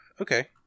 Okay